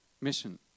Mission